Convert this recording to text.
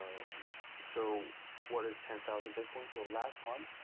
um so what is ten thousand bitcoin? so last month,